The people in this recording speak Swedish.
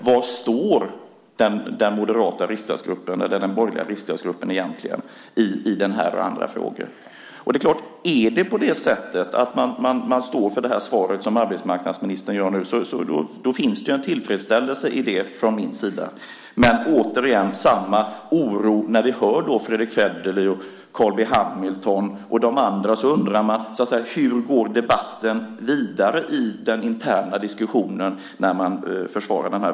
Var står den borgerliga riksdagsgruppen egentligen i den här och andra frågor? Om man står för det svar arbetsmarknadsministern förde fram nu finns det en tillfredsställelse i det från min sida. Men återigen blir jag orolig när jag hör Fredrick Federley, Carl B Hamilton och de andra. Då undrar jag hur debatten går vidare i den interna diskussionen.